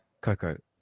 Coco